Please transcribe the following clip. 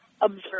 observe